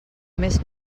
més